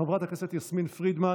חבר הכנסת אלון שוסטר,